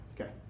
Okay